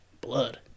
blood